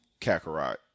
Kakarot